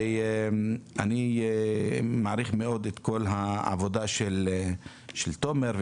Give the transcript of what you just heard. אני מעריך מאוד את כל העבודה של תומר,